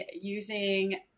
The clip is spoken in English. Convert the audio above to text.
using